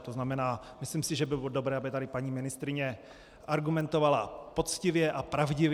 To znamená, myslím si, že by bylo dobré, aby tady paní ministryně argumentovala poctivě a pravdivě.